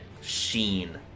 sheen